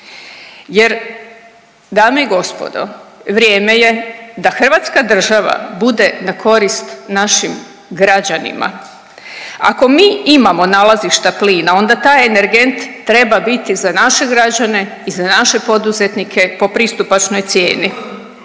jer dame i gospodo vrijeme je da hrvatska država bude na korist našim građanima. Ako mi imamo nalazišta plina onda taj energent treba biti za naše građane i za naše poduzetnike po pristupačnoj cijeni.